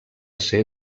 ser